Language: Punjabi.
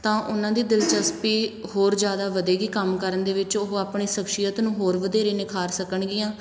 ਤਾਂ ਉਹਨਾਂ ਦੀ ਦਿਲਚਸਪੀ ਹੋਰ ਜ਼ਿਆਦਾ ਵਧੇਗੀ ਕੰਮ ਕਰਨ ਦੇ ਵਿੱਚ ਉਹ ਆਪਣੀ ਸ਼ਖਸੀਅਤ ਨੂੰ ਹੋਰ ਵਧੇਰੇ ਨਿਖਾਰ ਸਕਣਗੀਆਂ